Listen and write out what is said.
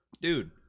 Dude